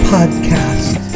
Podcast